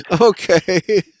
Okay